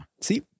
See